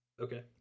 Okay